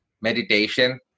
meditation